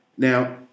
Now